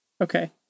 okay